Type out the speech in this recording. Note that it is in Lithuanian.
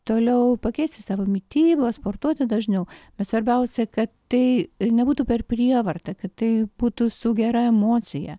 toliau pakeisti savo mitybą sportuoti dažniau bet svarbiausia kad tai nebūtų per prievartą kad tai būtų su gera emocija